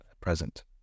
present